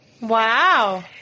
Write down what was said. Wow